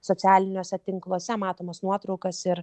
socialiniuose tinkluose matomas nuotraukas ir